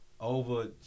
over